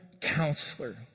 Counselor